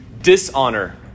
dishonor